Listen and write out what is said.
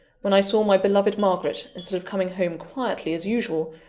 when i saw my beloved margaret, instead of coming home quietly as usual,